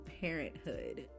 parenthood